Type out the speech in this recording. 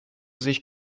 sich